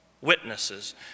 Witnesses